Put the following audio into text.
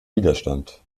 widerstand